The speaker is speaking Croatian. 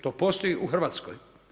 To postoji u Hrvatskoj.